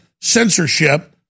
censorship